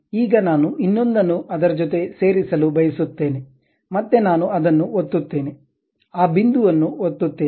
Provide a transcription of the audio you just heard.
ಈಗ ನಾನು ಇನ್ನೊಂದನ್ನು ಅದರ ಜೊತೆ ಸೇರಿಸಲು ಬಯಸುತ್ತೇನೆ ಮತ್ತೆ ನಾನು ಅದನ್ನು ಒತ್ತುತ್ತೇನೆ ಆ ಬಿಂದುವನ್ನು ಒತ್ತುತ್ತೇನೆ